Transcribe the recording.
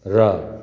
र